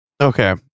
Okay